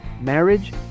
Marriage